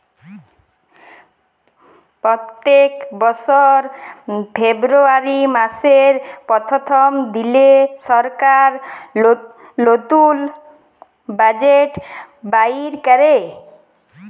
প্যত্তেক বসর ফেব্রুয়ারি মাসের পথ্থম দিলে সরকার লতুল বাজেট বাইর ক্যরে